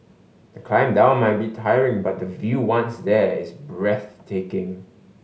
the climb down may be tiring but the view once there is breathtaking